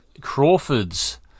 Crawford's